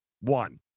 One